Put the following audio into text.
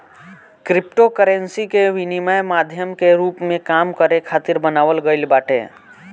cryptocurrency के विनिमय माध्यम के रूप में काम करे खातिर बनावल गईल बाटे